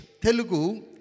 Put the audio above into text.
Telugu